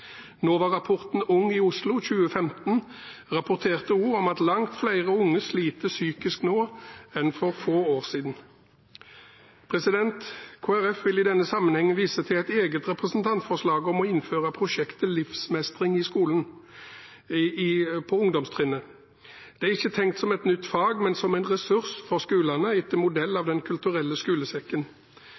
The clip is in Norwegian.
Ung i Oslo 2015 rapporterte også om at langt flere unge sliter psykisk nå enn for få år siden. Kristelig Folkeparti vil i denne sammenheng vise til et eget representantforslag om å innføre prosjektet Livsmestring i skolen på ungdomstrinnet. Det er ikke tenkt som et nytt fag, men som en ressurs for skolene, etter modell av Den kulturelle skolesekken.